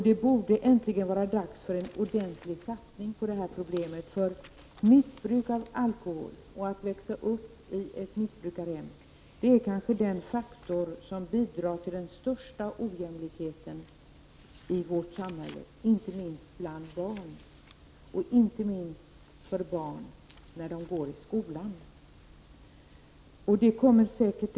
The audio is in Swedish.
Det borde vara hög tid att göra en ordentlig satsning för att komma till rätta med detta problem. Missbruket av alkohol och detta med att växa upp i ett missbrukarhem är nog de faktorer som mest av alla bidrar till ojämlikheten i vårt samhälle. Det gäller inte minst barnen, och då särskilt barn som går i skolan.